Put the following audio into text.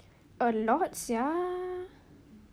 a lot sia